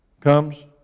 comes